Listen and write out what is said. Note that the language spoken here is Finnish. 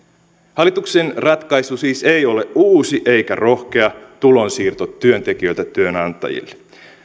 hallituksen ratkaisu siis ei ole uusi eikä rohkea tulonsiirto työntekijöiltä työnantajille